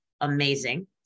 amazing